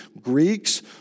Greeks